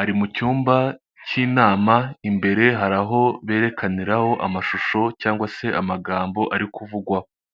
ari mu cyumba cy'inama imbere hari aho berekani amashusho se amagambo ari kuvugwaho.